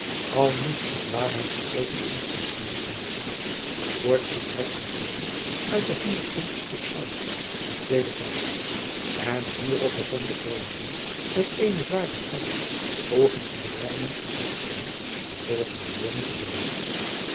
al moest het waarheid spreken ons beschaamd maken voorts liet hij ons zingen uit den honderd twintigsten psalm het tweede vaers en hierop begon de vreemdeling met eene zware stem volgens de berijming van datheen de volgende woorden te zingen